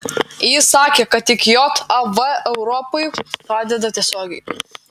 jis sakė kad tik jav europai padeda tiesiogiai